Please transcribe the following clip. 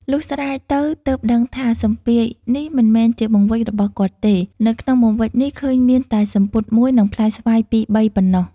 លុះស្រាយទៅទើបដឹងថា សំពាយនេះមិនមែនជាបង្វេចរបស់គាត់ទេ នៅក្នុងបង្វេចនេះឃើញមានតែសំពត់ ១ និង ផ្លែស្វាយ ២-៣ ប៉ុណ្ណោះ ។